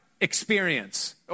experience